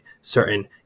certain